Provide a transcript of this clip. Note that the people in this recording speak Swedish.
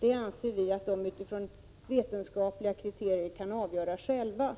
Det anser vi att de själva kan avgöra utifrån vetenskapliga kriterier.